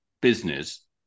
business